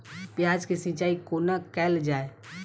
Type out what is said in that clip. प्याज केँ सिचाई कोना कैल जाए?